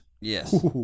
yes